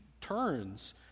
turns